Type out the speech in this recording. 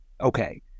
okay